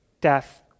death